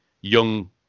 young